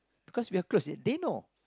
because we are close at they know